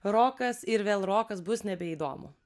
rokas ir vėl rokas bus nebeįdomu